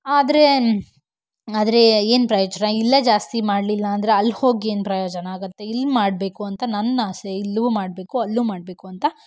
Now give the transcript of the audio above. ಆದರೆ ಆದರೆ ಏನು ಪ್ರಯೋಜನ ಇಲ್ಲೇ ಜಾಸ್ತಿ ಮಾಡಲಿಲ್ಲ ಅಂದರೆ ಅಲ್ಲಿ ಹೋಗಿ ಏನು ಪ್ರಯೋಜನ ಆಗತ್ತೆ ಇಲ್ಲಿ ಮಾಡಬೇಕು ಅಂತ ನನ್ನ ಆಸೆ ಇಲ್ಲೂ ಮಾಡಬೇಕು ಅಲ್ಲೂ ಮಾಡಬೇಕು ಅಂತ